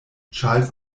charles